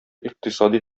икътисади